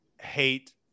hate